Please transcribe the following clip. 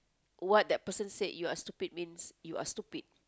what that person say you are stupid means you are stupid